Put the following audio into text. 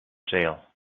jail